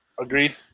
agreed